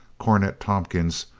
cornet tompkins,